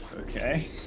Okay